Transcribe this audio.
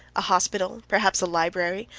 a hospital, perhaps a library,